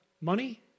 Money